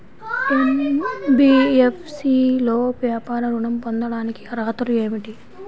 NBFC లో వ్యాపార ఋణం పొందటానికి అర్హతలు ఏమిటీ?